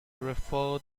refer